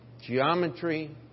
geometry